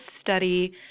study